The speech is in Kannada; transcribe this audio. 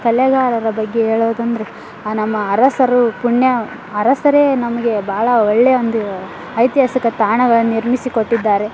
ಕಲೆಗಾರರ ಬಗ್ಗೆ ಹೇಳಬೇಕೆಂದ್ರೆ ಆ ನಮ್ಮ ಅರಸರು ಪುಣ್ಯ ಅರಸರೇ ನಮಗೆ ಭಾಳ ಒಳ್ಳೆಯ ಒಂದು ಐತಿಹಾಸಿಕ ತಾಣಗಳನ್ನ ನಿರ್ಮಿಸಿ ಕೊಟ್ಟಿದ್ದಾರೆ